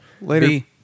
Later